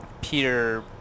Peter